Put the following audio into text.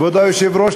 כבוד היושב-ראש,